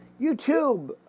YouTube